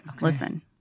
listen